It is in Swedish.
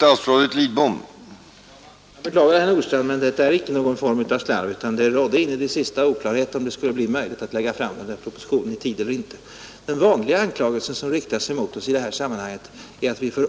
Herr talman! Jag beklagar, herr Nordstrandh, men det är inte någon form av slarv, utan det rådde in i det sista oklarhet, om det skulle bli möjligt att lägga fram denna proposition i tid. Den vanliga anklagelsen som riktas emot oss i sådana här sammanhang är att vi är